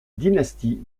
dynastie